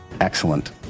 Excellent